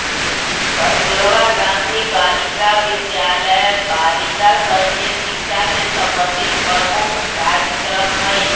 कस्तूरबा गांधी बालिका विद्यालय बालिका सभ के शिक्षा से संबंधित प्रमुख कार्जक्रम हइ